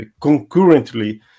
concurrently